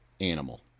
animal